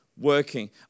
working